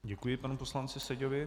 Děkuji panu poslanci Seďovi.